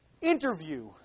interview